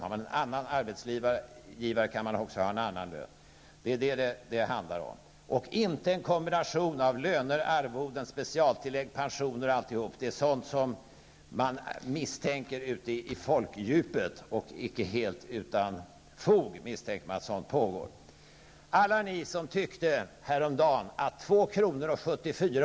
Har man en annan arbetsgivare kan man också ha en annan lön. Men vi skall inte ha en kombination av lön, arvoden, specialtillägg, pensioner och allt sådant. Ute i folkdjupet misstänker man, inte helt utan fog, att sådant pågår.